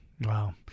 wow